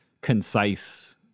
concise